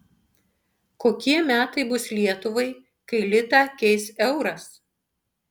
kokie metai bus lietuvai kai litą keis euras